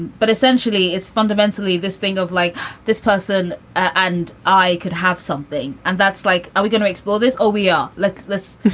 but essentially, it's fundamentally this thing of like this person. and i could have something and that's like i was going to explore this or we are like this.